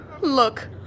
Look